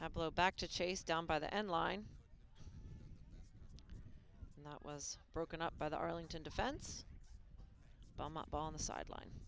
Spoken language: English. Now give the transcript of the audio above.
have blow back to chase down by the end line that was broken up by the arlington defense bum up on the sideline